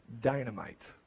dynamite